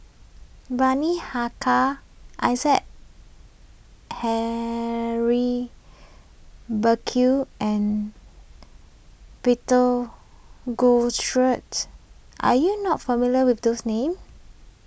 Bani Haykal Isaac Henry Burkill and Peter are you not familiar with those names